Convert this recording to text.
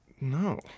No